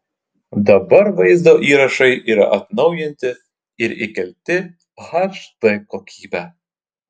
dabar vaizdo įrašai yra atnaujinti ir įkelti hd kokybe